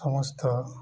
ସମସ୍ତ